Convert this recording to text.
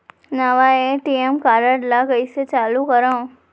नवा ATM card ल कइसे चालू करव?